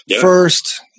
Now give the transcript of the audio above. first